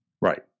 Right